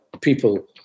people